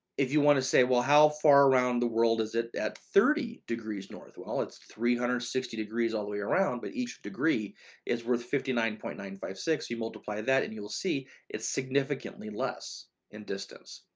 if you want to say, well, how far around the world is it at thirty degrees north? well, it's three hundred and sixty degrees all the way around, but each degree is worth fifty nine point nine five six. you multiply that and you'll see it's significantly less in distance.